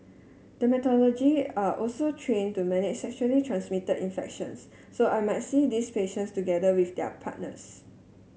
dermatologist are also trained to manage sexually transmitted infections so I might see these patients together with their partners